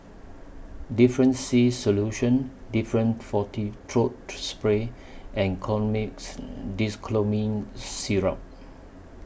Difflam C Solution Difflam Forte Throat Spray and Colimix Dicyclomine Syrup